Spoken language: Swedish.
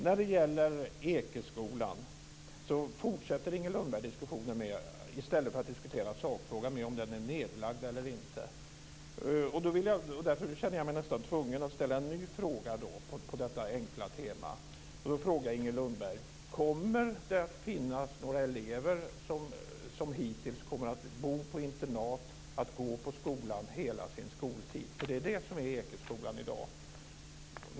När det gäller Ekeskolan fortsätter Inger Lundberg i stället för att diskutera sakfrågan att prata om huruvida den är nedlagd är eller inte. Då känner jag mig nästan tvungen att ställa en ny fråga på detta enkla tema, och då frågar jag Inger Lundberg: Kommer det att finnas några elever som, som hittills, kommer att bo på internat och gå på skolan under hela sin skoltid? Det är ju det som är Ekeskolan i dag.